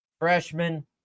Freshman